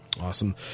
Awesome